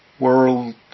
world